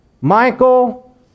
Michael